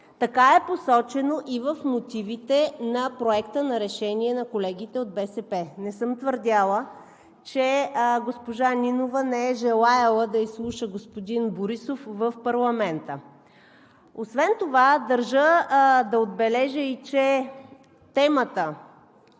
Така е посочено и в мотивите на проекта на решение на колегите от БСП. Не съм твърдяла, че госпожа Нинова не е желаела да изслуша господин Борисов в парламента. Освен това държа да отбележа и че темата